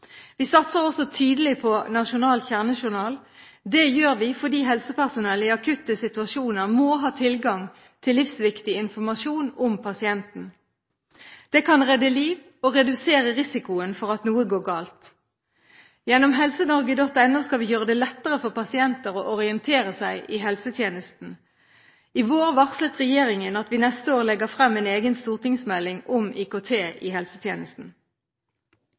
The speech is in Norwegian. Vi satser også betydelig på nasjonal kjernejournal. Det gjør vi fordi helsepersonell i akutte situasjoner må ha tilgang til livsviktig informasjon om pasienten. Det kan redde liv og redusere risikoen for at noe går galt. Gjennom helsenorge.no skal vi gjøre det lettere for pasienter å orientere seg i helsetjenesten. I vår varslet regjeringen at vi neste år legger frem en egen stortingsmelding om IKT i helsetjenesten.